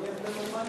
ויהיה יותר נורמלי,